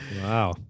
wow